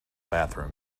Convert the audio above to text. bathroom